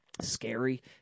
scary